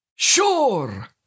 Sure